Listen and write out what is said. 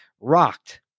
rocked